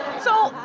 so,